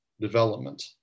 development